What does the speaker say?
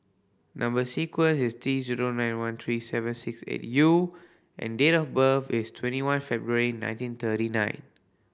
number sequence is T zero nine one three seven six eight U and date of birth is twenty one February nineteen thirty nine